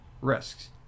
risks